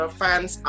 fans